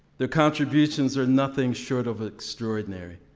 their contributions are nothing short of extraordinary.